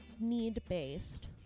need-based